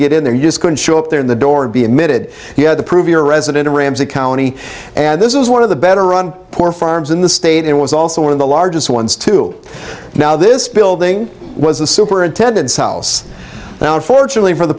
get in there you just couldn't show up there in the door and be admitted he had to prove you're a resident of ramsey county and this is one of the better run poor farms in the state it was also one of the largest ones to now this building was a superintendent selves and unfortunately for the